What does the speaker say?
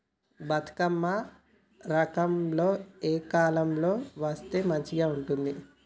బతుకమ్మ రకం ఏ కాలం లో వేస్తే మంచిగా ఉంటది?